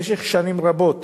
במשך שנים רבות